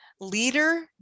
leader